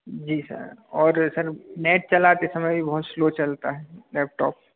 जी sir और sir net चलाते समय भी बहुत स्लो चलता है लैपटॉप